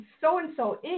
so-and-so